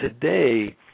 today